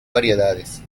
variedades